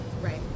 right